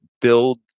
build